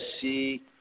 see